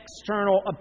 external